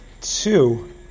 two